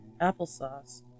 applesauce